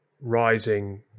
rising